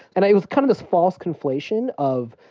and it was kind of this false conflation of,